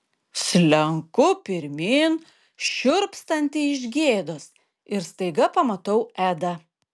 slenku pirmyn šiurpstanti iš gėdos ir staiga pamatau edą